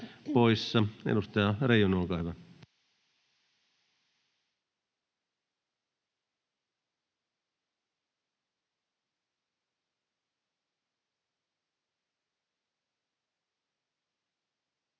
Edustaja Reijonen, olkaa hyvä.